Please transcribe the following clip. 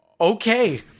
okay